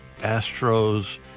Astros